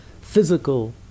physical